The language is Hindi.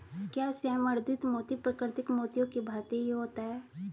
क्या संवर्धित मोती प्राकृतिक मोतियों की भांति ही होता है?